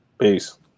Peace